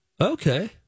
Okay